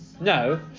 no